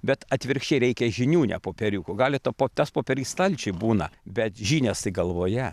bet atvirkščiai reikia žinių ne popieriukų gali to po tas popierys stalčiuj būna bet žinios tai galvoje